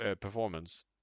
performance